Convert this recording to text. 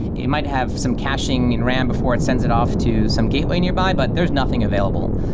it might have some caching and ram before it sends it off to some gateway nearby, but there's nothing available.